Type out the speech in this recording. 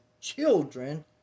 children